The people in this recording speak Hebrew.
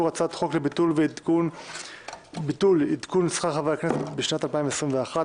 הצעת חוק לביטול עדכון שכר חברי הכנסת בשנת 2021,